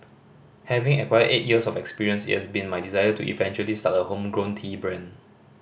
having acquired eight years of experience it has been my desire to eventually start a homegrown tea brand